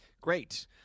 Great